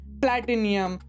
platinum